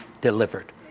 delivered